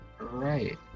right